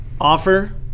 offer